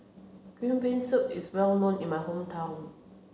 green bean soup is well known in my hometown